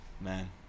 man